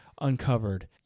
uncovered